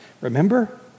Remember